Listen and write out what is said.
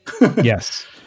Yes